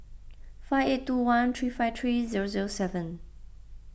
five eight two one three five three zero zero seven